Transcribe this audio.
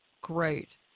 great